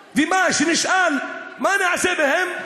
וכשנשאל: מה נעשה בהם?